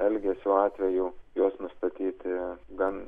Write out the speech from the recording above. elgesio atvejų juos nustatyti gan